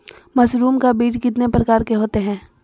Mushroom का बीज कितने प्रकार के होते है?